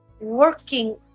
working